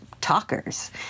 talkers